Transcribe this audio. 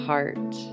Heart